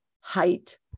height